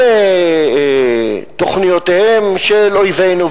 אם תוכניותיהם של אויבינו,